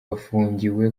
bafungiwe